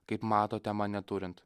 kaip matote mane turint